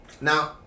now